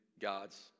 God's